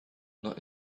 not